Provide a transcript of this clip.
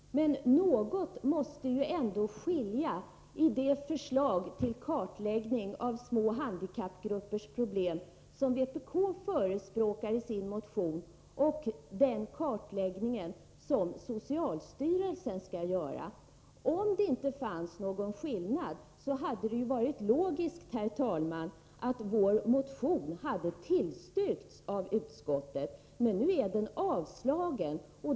Herr talman! Men någonting måste ju ändå skilja mellan det förslag till kartläggning av små handikappgruppers problem som vpk förespråkar i sin motion och den kartläggning som socialstyrelsen skall göra. Om det inte funnes någon skillnad, hade det ju varit logiskt, herr talman, att vår motion hade tillstyrkts av utskottet, men nu är den avstyrkt.